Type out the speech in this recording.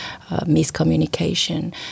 miscommunication